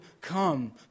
come